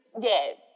Yes